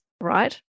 right